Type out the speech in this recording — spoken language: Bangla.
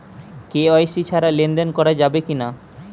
কে.ওয়াই.সি ছাড়া লেনদেন করা যাবে কিনা?